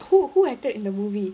who who acted in the movie